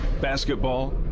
Basketball